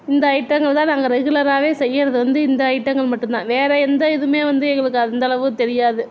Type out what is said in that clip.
இந்த ஐட்டங்களை தான் நாங்கள் ரெகுலராகவே செய்கிறது வந்து இந்த ஐட்டங்கள் மட்டும் தான் வேறே எந்த இதுவுமே வந்து எங்களுக்கு அந்த அளவு தெரியாது